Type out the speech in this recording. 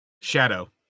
Shadow